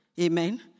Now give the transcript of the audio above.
Amen